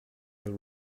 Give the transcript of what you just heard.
will